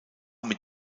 mit